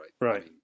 right